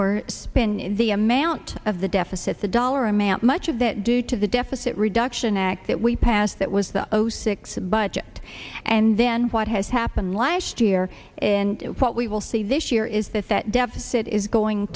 were spinning the amount of the deficit the dollar amount much of that due to the deficit reduction act that we passed that was the zero six budget and then what has happened last year and what we will see this year is that that deficit is going